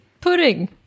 pudding